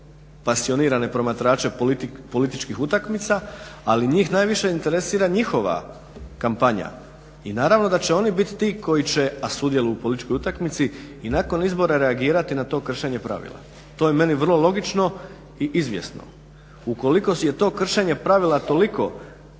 pasionirane promatrače političkih utakmica ali njih najviše interesira njihova kampanja. I naravno da će oni biti ti koji, a sudjeluju u političkoj utakmici, i nakon izbora reagirati na to kršenje pravila. To je meni vrlo logično i izvjesno. Ukoliko je to kršenje pravila toliko